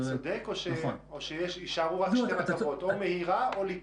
או שיישארו רק שתי רכבות או מהירה או לליקית?